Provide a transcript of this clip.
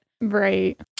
Right